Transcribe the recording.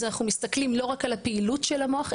אז אנחנו מסתכלים לא רק על הפעילות של המוח,